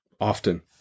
often